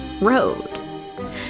road